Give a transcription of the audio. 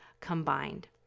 combined